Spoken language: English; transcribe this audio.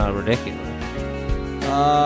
ridiculous